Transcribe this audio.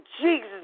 Jesus